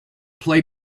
play